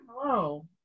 Hello